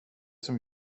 som